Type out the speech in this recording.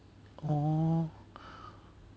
!aww!